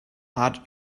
art